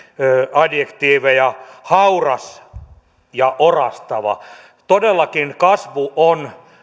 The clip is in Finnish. adjektiiveja hauras ja orastava todellakin kasvu on